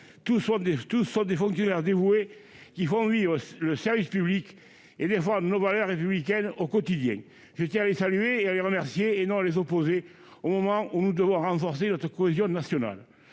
Tous sont des fonctionnaires dévoués, qui font vivre le service public et défendent nos valeurs républicaines au quotidien. Je tiens à les saluer et à les remercier, et non à les opposer, au moment où nous devons renforcer notre cohésion nationale.